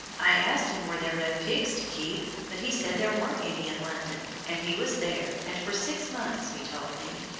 i asked him were there no pigs to keep, but he said there weren't any in london, and he was there, and for six months, he told me,